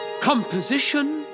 composition